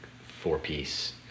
four-piece